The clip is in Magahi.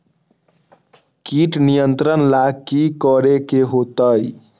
किट नियंत्रण ला कि करे के होतइ?